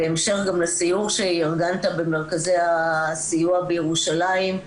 בהמשך גם לסיור שארגנת במרכזי הסיוע בירושלים,